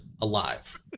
alive